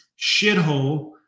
shithole